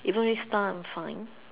even which star I'm fine